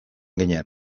ginen